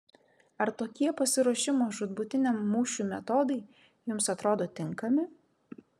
ar tokie pasiruošimo žūtbūtiniam mūšiui metodai jums atrodo tinkami